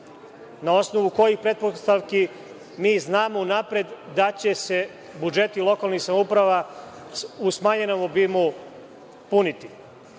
Na osnovu kojih pretpostavki mi znamo unapred da će se budžeti lokalnih samouprava u smanjenom obimu puniti,